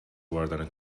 آوردن